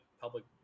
public